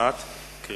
שעל-פי